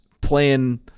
playing –